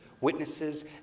Witnesses